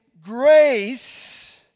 grace